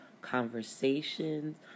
conversations